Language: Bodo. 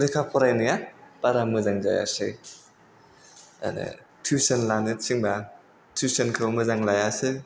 लेखा फरायनाया बारा मोजां जायासै आरो टिउसन लानो थिनबा टिउसनखौ मोजां लायासै